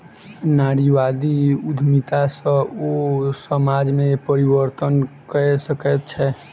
नारीवादी उद्यमिता सॅ ओ समाज में परिवर्तन कय सकै छै